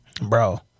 Bro